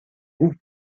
goût